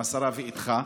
עם השרה ואיתך,